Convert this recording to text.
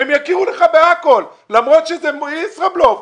הם יכירו לך בכל למרות שזה ישראבלופ.